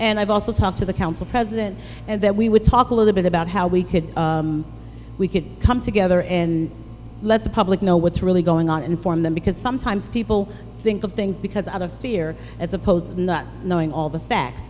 and i've also talked to the council president and that we would talk a little bit about how we could we could come together and let the public know what's really going on and inform them because sometimes people think of things because out of fear as opposed to not knowing all the facts